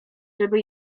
żeby